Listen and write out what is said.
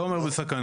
לא אומר בסכנה.